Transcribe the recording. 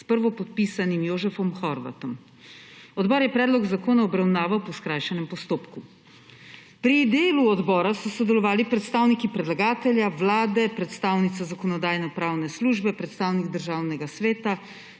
s prvopodpisanim Jožefom Horvatom. Odbor je predlog zakona obravnaval po skrajšanem postopku. Pri delu odbora so sodelovali predstavniki predlagatelja, Vlade, predstavnica Zakonodajno-pravne službe, predstavnik Državnega sveta,